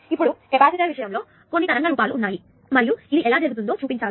ఇప్పుడు కెపాసిటర్ విషయంలో నాకు కొన్ని తరంగ రూపాలు ఉన్నాయి మరియు ఇది ఎలా జరుగుతుందో చూపించారు